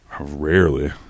rarely